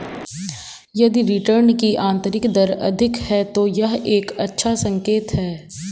यदि रिटर्न की आंतरिक दर अधिक है, तो यह एक अच्छा संकेत है